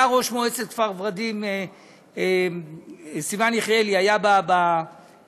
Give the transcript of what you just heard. ראש מועצת כפר ורדים סיון יחיאלי היה בוועדה,